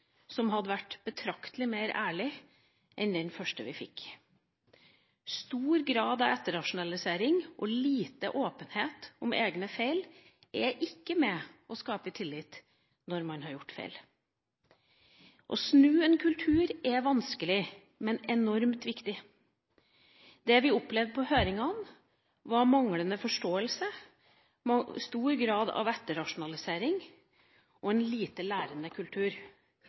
som hadde vært betraktelig mer ærlig enn den første vi fikk. Stor grad av etterrasjonalisering og lite åpenhet om egne feil er ikke med på å skape tillit når man har gjort feil. Å snu en kultur er vanskelig, men enormt viktig. Det vi opplevde i høringene, var manglende forståelse, stor grad av etterrasjonalisering og en lite lærende kultur.